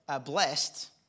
blessed